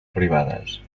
privades